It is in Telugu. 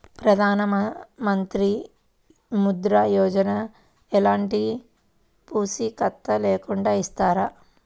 ప్రధానమంత్రి ముద్ర యోజన ఎలాంటి పూసికత్తు లేకుండా ఇస్తారా?